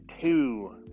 two